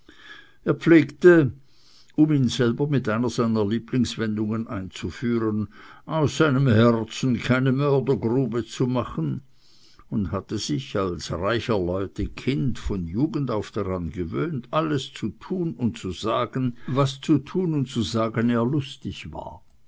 er pflegte um ihn selber mit einer seiner lieblingswendungen einzuführen aus seinem herzen keine mördergrube zu machen und hatte sich als reicher leute kind von jugend auf daran gewöhnt alles zu tun und zu sagen was zu tun und zu sagen er lustig war